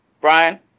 Brian